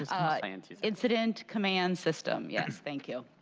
ah and incident command system. yes, thank you.